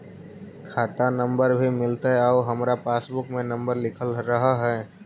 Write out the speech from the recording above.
खाता नंबर भी मिलतै आउ हमरा पासबुक में नंबर लिखल रह है?